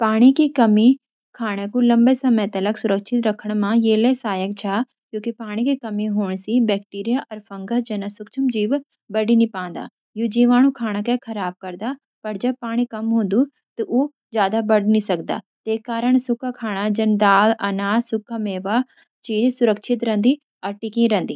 पानी की कमी खाने कु लंबे समय तलक सुरक्षित राखण म इलिए सहायक ह्वे क्योकि पानी कम होण स बैक्टेरिया अर फंगस जैसे सूक्ष्मजीव बढ़णी पाण नाइ सक्द। यो जीवाणु खाना खराब करण, पर जब पानी कम ह्वे, तो उ घण बण ना सक्द। तैस कारण सूखा खाना जैसे दाल, अनाज, सूखे मेवा अर पिस्सी चीज़ सुरक्षित अर टिकाऊ ह्वेन।